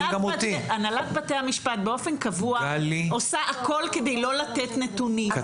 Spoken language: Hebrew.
הנהלת בתי המשפט באופן קבוע עושה הכול כדי לא לתת נתונים.